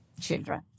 children